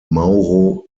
mauro